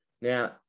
Now